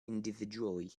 individually